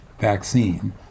vaccine